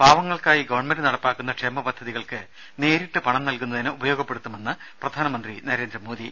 പാവങ്ങൾക്കായി government നടപ്പാക്കുന്ന ക്ഷേമ പദ്ധതികൾക്ക് നേരിട്ട് പണം നൽകുന്നതിന് ഉപയോഗപ്പെടുത്തുമെന്ന് പ്രധാനമന്ത്രി നരേന്ദ്രമോദി